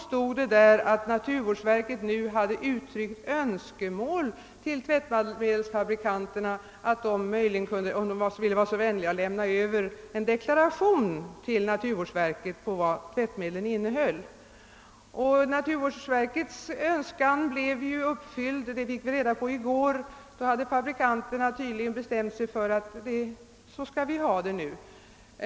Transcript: I det sades att naturvårdsverket nu hade uttryckt ett önskemål om att tvättmedelsfabrikanterna skulle vara så vänliga att lämna över en deklaration av vad tvättmedlen innehöll till naturvårdsverket. Naturvårdsverkets önskan blev uppfylld, det fick vi reda på i går. Då hade fabrikanterna tydligen bestämt sig för att så skall vi ha det.